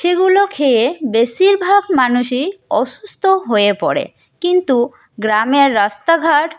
সেগুলো খেয়ে বেশিরভাগ মানুষই অসুস্থ হয়ে পড়ে কিন্তু গ্রামের রাস্তাঘাট